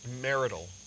Marital